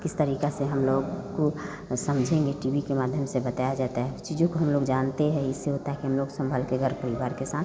किस तरीके से हम लोग को समझेंगे टी वी के माध्यम से बताया जाता है चीज़ों को हम लोग जानते हैं इससे होता है कि हम लोग संभल के घर परिवार के साथ